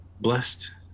blessed